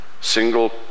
single